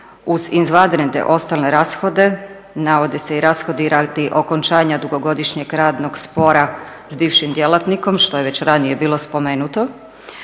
uz izvanredne ostale rashode navode se i rashodi radi okončanja dugogodišnjeg radnog spora s bivšim djelatnikom, što je već ranije bilo spomenuto.